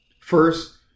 First